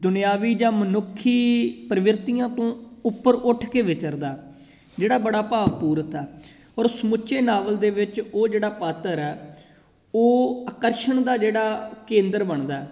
ਦੁਨਿਆਵੀਂ ਜਾਂ ਮਨੁੱਖੀ ਪ੍ਰਵਿਰਤੀਆਂ ਤੋਂ ਉੱਪਰ ਉੱਠ ਕੇ ਵਿਚਰਦਾ ਜਿਹੜਾ ਬੜਾ ਭਾਵਪੂਰਤ ਆ ਔਰ ਸਮੁੱਚੇ ਨਾਵਲ ਦੇ ਵਿੱਚ ਉਹ ਜਿਹੜਾ ਪਾਤਰ ਹੈ ਉਹ ਆਕਰਸ਼ਣ ਦਾ ਜਿਹੜਾ ਕੇਂਦਰ ਬਣਦਾ